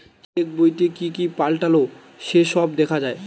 check বইতে কি কি পাল্টালো সে সব দেখা যায়